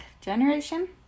Generation